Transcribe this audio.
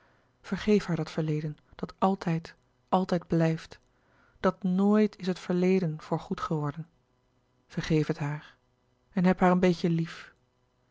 vergeef haar dat verleden dat altijd altijd blijft dat noit is het verleden voor goed geworden vergeef het haar en heb haar een beetje lief